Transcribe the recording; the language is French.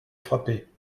frappés